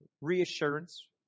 reassurance